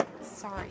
Sorry